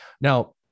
Now